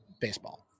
baseball